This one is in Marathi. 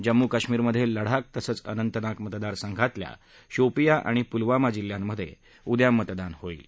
जम्मू कश्मीरमधे लडाख तसंच अनंतनाग मतदारसंघातल्या शोपियां आणि पुलवामा जिल्ह्यांमधे उद्या मतदान होईल